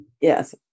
yes